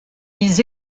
ils